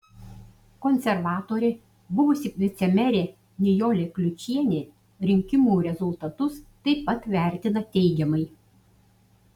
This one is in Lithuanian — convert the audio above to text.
konservatorė buvusi vicemerė nijolė kliučienė rinkimų rezultatus taip pat vertina teigiamai